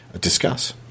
Discuss